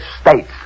States